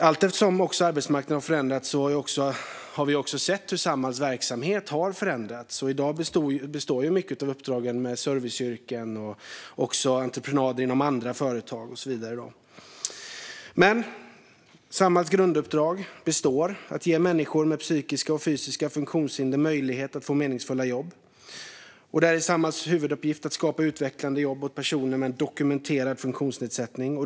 Allteftersom arbetsmarknaden har förändrats har vi sett hur Samhalls verksamhet har förändrats. I dag finns många av uppdragen inom serviceyrken och entreprenader inom andra företag. Men Samhalls grunduppdrag består, det vill säga att ge människor med psykiska och fysiska funktionshinder möjlighet att få meningsfulla jobb. Där är Samhalls huvuduppgift att skapa utvecklande jobb åt personer med dokumenterad funktionsnedsättning.